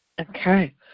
Okay